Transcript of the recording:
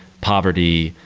poverty,